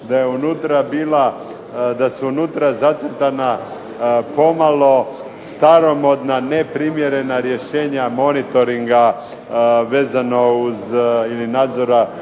da su unutra zacrtana pomalo staromodna neprimjerena rješenja monitoringa vezan o uz ili nadzora